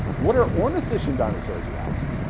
what are ornithischian dinosaurs you ask?